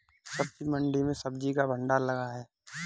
सब्जी मंडी में सब्जी का भंडार लगा है